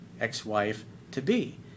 ex-wife-to-be